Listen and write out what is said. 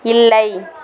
இல்லை